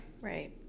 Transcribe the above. Right